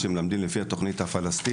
בו מלמדים על פי תוכנית החינוך הפלסטינית.